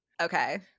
okay